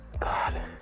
God